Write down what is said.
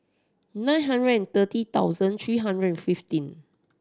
nine hundred and thirty thousand three hundred and fifteen